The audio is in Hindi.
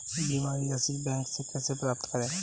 बीमा की रसीद बैंक से कैसे प्राप्त करें?